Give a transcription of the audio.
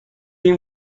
این